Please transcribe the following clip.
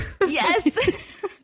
Yes